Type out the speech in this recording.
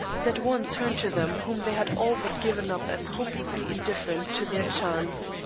that one turned to them whom they had all but given up as hopelessly indifferent to their charms.